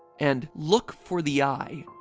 and look for the eye